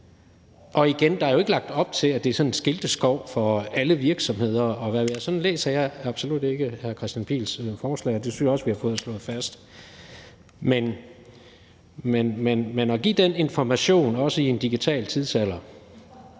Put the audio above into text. Og igen, der er jo ikke lagt op til, at det er sådan en skilteskov for alle virksomheder, og hvad ved jeg. Sådan læser jeg absolut ikke hr. Kristian Pihl Lorentzens forslag, og det synes jeg også vi har fået slået fast. Men at give den information, også i en digital tidsalder,